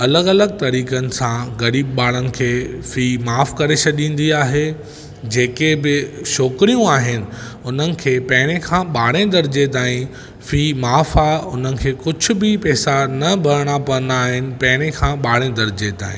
अलॻि अलॻि तरीक़नि सां गरीबु ॿारनि खे फ़ी माफ़ करे छॾींदी आहे जेके बि छोकिरियूं आहिनि उन्हनि खे पहिरें खां ॿारहें दर्जे ताईं फ़ी माफ़ आहे उन्हनि खे कुझु बि पैसा न भरिणा पवंदा आहिनि पहिरें खां ॿारहें दर्जे ताईं